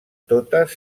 totes